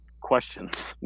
questions